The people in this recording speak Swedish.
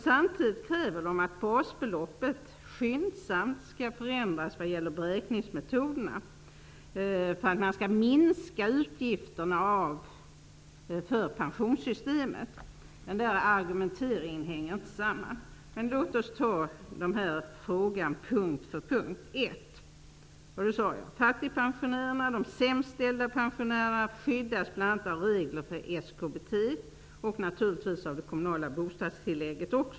Samtidigt kräver man att basbeloppet skyndsamt skall förändras vad gäller beräkningsmetoderna för att minska utgifterna för pensionssystemet. Den argumenteringen hänger dock inte samman. Men låt oss ta upp frågan punkt för punkt: och, naturligtvis, av det kommunala bostadstillägget.